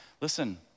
Listen